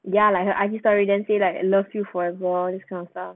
ya like the I_G story then say like love you forever this kind of stuff